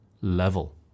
level